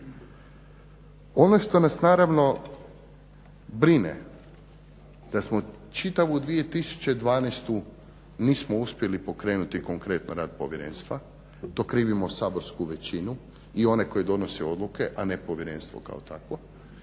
Ono što nas naravno brine da čitavu 2012. nismo uspjeli pokrenuti konkretno rad povjerenstva, to krivimo saborsku većinu i one koji donose odluke, a ne povjerenstvo kao takvo.